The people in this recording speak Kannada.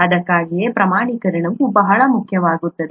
ಅದಕ್ಕಾಗಿಯೇ ಪ್ರಮಾಣೀಕರಣವು ಬಹಳ ಮುಖ್ಯವಾಗುತ್ತದೆ